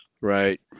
Right